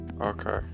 okay